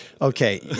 okay